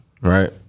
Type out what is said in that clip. right